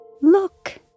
Look